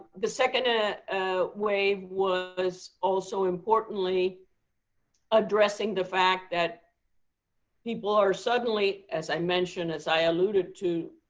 the second ah ah wave was also importantly addressing the fact that people are suddenly, as i mentioned, as i alluded to,